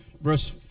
verse